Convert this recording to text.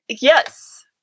Yes